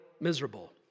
miserable